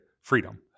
freedom